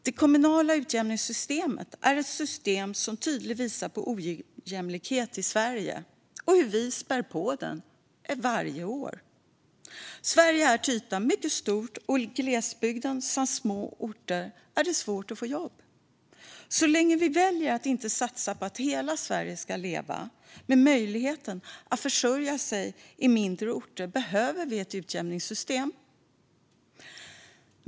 Det kommunala utjämningssystemet är ett system som tydligt visar på ojämlikhet i Sverige och hur vi spär på den varje år. Sverige är till ytan mycket stort, och i glesbygden samt i små orter är det svårt att få jobb. Så länge vi väljer att inte satsa på att hela Sverige ska leva, med möjlighet att försörja sig i mindre orter, behöver vi ett utjämningssystem.